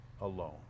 alone